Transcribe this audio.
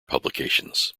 publications